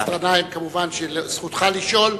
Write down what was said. חבר הכנסת גנאים, מובן שזכותך לשאול,